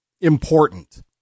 important